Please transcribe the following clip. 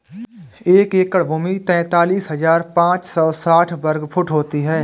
एक एकड़ भूमि तैंतालीस हज़ार पांच सौ साठ वर्ग फुट होती है